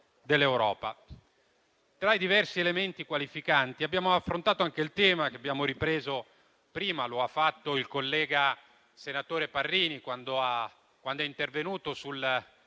Tra i diversi elementi qualificanti, abbiamo affrontato anche il tema che abbiamo ripreso prima. Lo ha fatto il collega senatore Parrini, quando è intervenuto